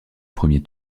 premier